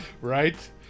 Right